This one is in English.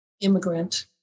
immigrant